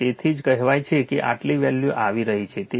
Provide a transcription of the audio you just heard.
તેથી જ કહેવાય છે કે આટલી વેલ્યુ આવી રહી છે